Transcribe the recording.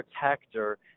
protector